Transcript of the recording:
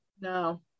No